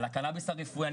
על הקלה בסל הרפואי,